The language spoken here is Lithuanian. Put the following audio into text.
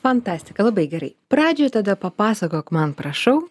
fantastika labai gerai pradžioj tada papasakok man prašau